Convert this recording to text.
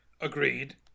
Agreed